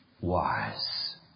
wise